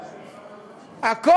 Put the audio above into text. הכול.